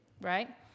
right